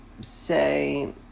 say